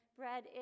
bread